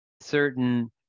certain